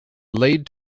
laid